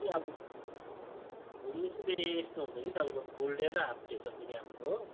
त्यही अब घुम्नु चाहिँ फेरि यस्तो हुन्छ कि तपाईँको फुल डे र हाफ डे छ फेरि हाम्रो हो